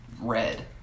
Red